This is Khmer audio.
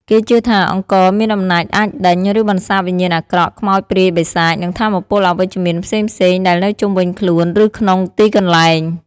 គេជឿថា អង្ករមានអំណាចអាចដេញ ឬបន្សាបវិញ្ញាណអាក្រក់ ខ្មោច ព្រាយ បិសាច និងថាមពលអវិជ្ជមានផ្សេងៗដែលនៅជុំវិញខ្លួន ឬក្នុងទីកន្លែង។